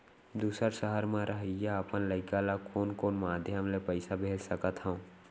दूसर सहर म रहइया अपन लइका ला कोन कोन माधयम ले पइसा भेज सकत हव?